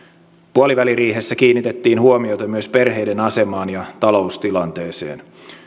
puoliväliriihessä kiinnitettiin huomiota myös perheiden asemaan ja taloustilanteeseen